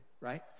right